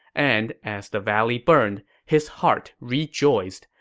and as the valley burned, his heart rejoiced.